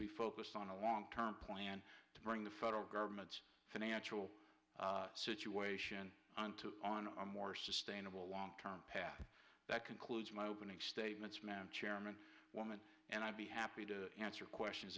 be focused on a long term plan to bring the federal government's financial situation onto on a more sustainable long term path that concludes my opening statements madam chairman woman and i'll be happy to answer questions